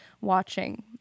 watching